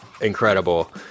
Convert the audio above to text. incredible